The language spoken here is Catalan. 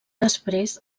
després